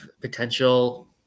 potential